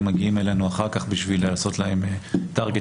מגיעים אלינו אחר כך בשביל לעשות להם טרגטינג.